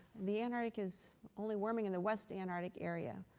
the antarctic is only warming in the west antarctic area.